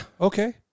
Okay